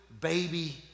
baby